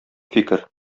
фикер